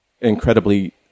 incredibly